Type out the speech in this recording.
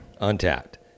Untapped